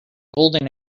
golden